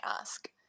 ask